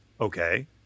Okay